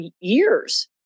years